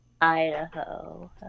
idaho